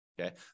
Okay